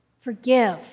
forgive